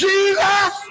Jesus